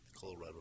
Colorado